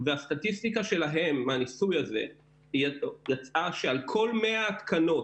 והסטטיסטיקה שלהם עם הניסוי הזה יצאה שעל כל 100 התקנות